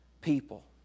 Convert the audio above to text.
people